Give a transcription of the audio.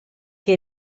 che